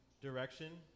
direction